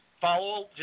follow